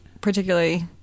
particularly